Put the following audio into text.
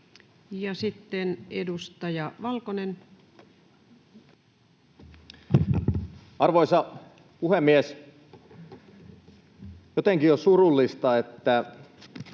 sitten edustaja Valkonen. Arvoisa puhemies! Jotenkin on surullista, että